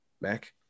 Mac